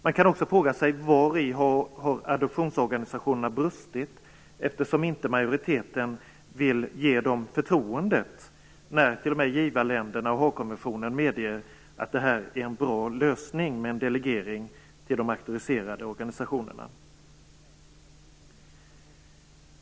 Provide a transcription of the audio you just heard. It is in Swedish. Man kan också fråga sig vari adoptionsorganisationerna har brustit, eftersom majoriteten inte vill ge dem det förtroendet när t.o.m. givarländerna och Haagkonventionen medger att det är en bra lösning med en delegering till de auktoriserade organisationerna.